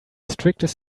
strictest